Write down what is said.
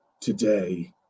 Today